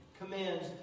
commands